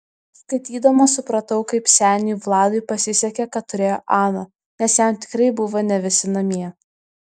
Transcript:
skaitydama supratau kaip seniui vladui pasisekė kad turėjo aną nes jam tikrai buvo ne visi namie